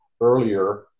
earlier